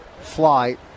flight